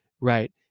right